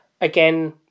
again